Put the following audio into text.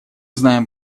знаем